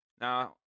Now